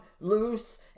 loose